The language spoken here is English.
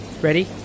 Ready